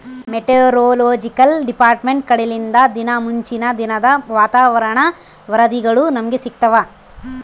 meteorological department ಕಡೆಲಿಂದ ದಿನಾ ಮುಂಚಿನ ದಿನದ ವಾತಾವರಣ ವರದಿಗಳು ನಮ್ಗೆ ಸಿಗುತ್ತವ